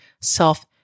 self